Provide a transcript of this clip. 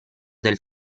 del